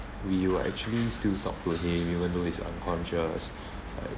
we will actually still talk to him even though he's unconscious